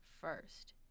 first